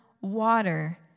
water